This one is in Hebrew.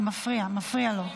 זה מפריע לו.